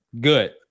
Good